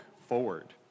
forward